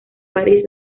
parís